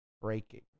breaking